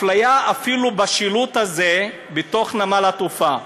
אפליה אפילו בשילוט הזה בתוך נמל התעופה.